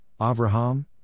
Avraham